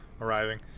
arriving